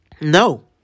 No